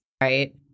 right